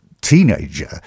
teenager